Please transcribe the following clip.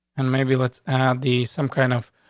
and maybe, let's add the some kind of